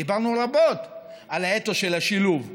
דיברנו רבות על האתוס של השילוב.